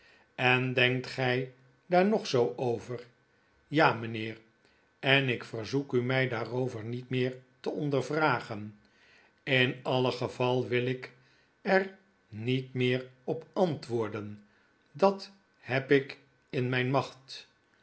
en denkt gij daar nog zoo over ja mynheer en ik verzoek umydaarover niet meer te ondervragen in alle geval wilik er niet meer op antwoorden dt heb ik in miin macht